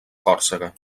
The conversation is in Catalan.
còrsega